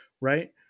right